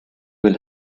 will